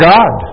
God